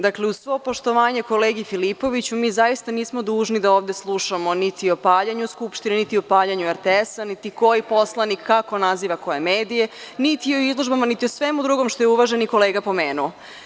Dakle, uz svoj poštovanje kolege Filipovića, mi zaista nismo dužni da ovde slušamo niti o paljenju Skupštine, niti o paljenju RTS, niti koji poslanik kako naziva koje mediji, niti o izložbama, niti o svemu drugom što je uvaženi kolega pomenuo.